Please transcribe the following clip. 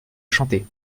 chanté